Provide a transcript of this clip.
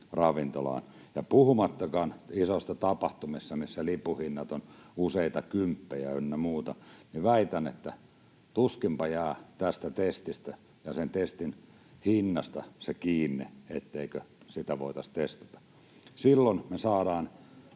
ravintolaan. Puhumattakaan isoista tapahtumista, missä lippujen hinnat ovat useita kymppejä ynnä muuta. Väitän, että tuskinpa jää tästä testistä ja sen testin hinnasta kiinni, etteikö voitaisi testata. Silloin me saadaan